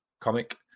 comic